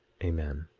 amen.